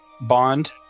bond